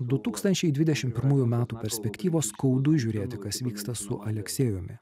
du tūkstančiai dvidešimt pirmųjų metų perspektyvos skaudu žiūrėti kas vyksta su aleksejumi